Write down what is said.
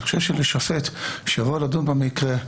אני חושב שלשופט שיבוא לדון במקרה,